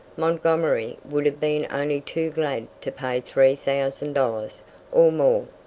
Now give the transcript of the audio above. montgomery would have been only too glad to pay three thousand dollars or more,